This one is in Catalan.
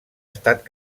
estat